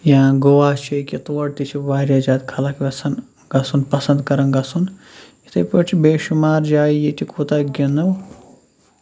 یا گوا چھِ ییٚکیٛاہ تور تہِ چھِ واریاہ زیادٕ خلق ٮ۪ژھان گژھُن پَسنٛد کَران گژھُن یِتھَے پٲٹھۍ چھِ بے شمار جایہِ ییٚتہِ کوٗتاہ گِنو